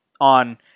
on